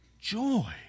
joy